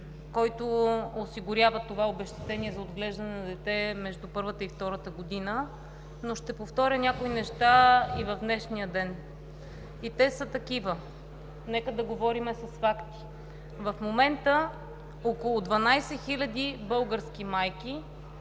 който осигурява обезщетението за отглеждане на дете между първата и втората година, но ще повторя някои неща и в днешния ден. И те са такива, нека да говорим с факти. В момента около 12 хиляди български майки